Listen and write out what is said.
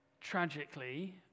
tragically